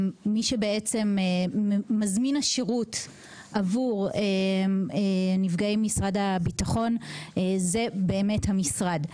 מזמין השירות עבור נפגעי משרד הביטחון הוא המשרד.